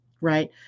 right